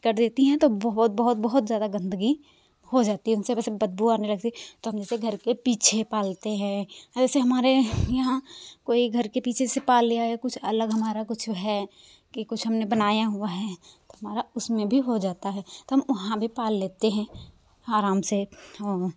कर देती हैं तो बहुत बहुत बहुत ज़्यादा गंदगी हो जाती है उनसे भी सब बदबू आने लगती है तो हम उसे घर के पीछे पालते हैं और जैसे हमारे यहाँ कोई घर के पीछे से पाल लिया है कुछ अलग हमारा कुछ है कि कुछ हमने बनाया हुआ है हमारा उसमें भी हो जाता है तो हम वहाँ भी पाल लेते हैं आराम से और